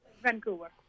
Vancouver